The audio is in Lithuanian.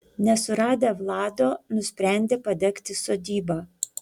nesuradę vlado nusprendė padegti sodybą